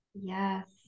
Yes